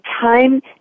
time